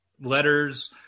letters